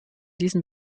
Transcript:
diesen